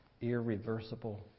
irreversible